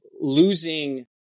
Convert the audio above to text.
losing